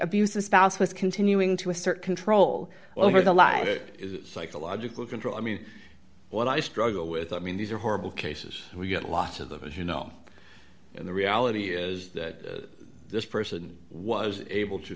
abusive spouse was continuing to assert control over the life it is psychological control i mean what i struggle with i mean these are horrible cases we get lots of them as you know and the reality is that this person was able to